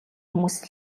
хүмүүс